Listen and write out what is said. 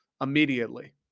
immediately